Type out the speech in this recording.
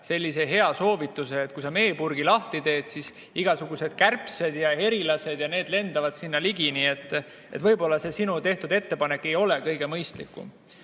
sulle ühe hea soovituse: kui sa meepurgi lahti teed, siis igasugused kärbsed ja herilased lendavad sinna ligi, nii et võib-olla ei ole see sinu tehtud ettepanek kõige mõistlikum.